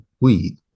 weed